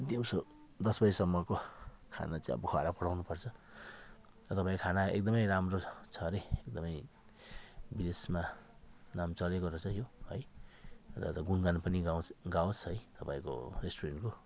दिउँसो दस बजेसम्मको खाना चाहिँ अब खुवाएर पठाउनु पर्छ र तपाईँको खाना एकदमै राम्रो छ छ अरे एकदमै युएसमा नाम चलेको रहेछ यो है र त गुणगान पनि गाउँछ गावोस् है तपाईँको रेस्टुरेन्टको